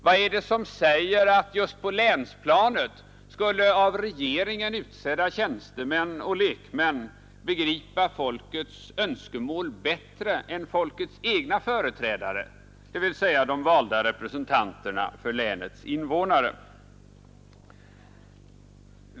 Vad är det som säger att just på länsplanet skulle av regeringen utsedda tjänstemän och lekmän begripa folkets önskemål bättre än folkets egna företrädare, dvs. de valda representanterna för länets invånare?